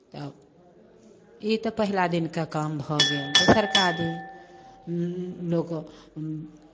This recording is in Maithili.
तऽ ई तऽ पहिला दिनके काम भऽ गेल दोसरका दिन लोक